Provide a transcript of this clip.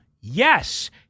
yes